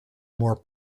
more